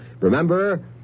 Remember